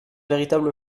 véritable